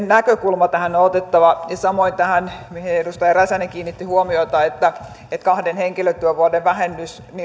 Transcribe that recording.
näkökulma tähän on otettava ja samoin tähän mihin edustaja räsänen kiinnitti huomiota että kahden henkilötyövuoden vähennys